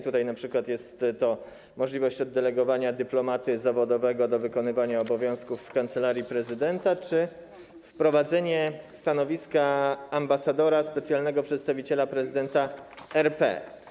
Tutaj np. jest to możliwość oddelegowania dyplomaty zawodowego do wykonywania obowiązków w Kancelarii Prezydenta czy wprowadzenie stanowiska ambasadora, specjalnego przedstawiciela prezydenta RP.